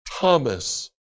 Thomas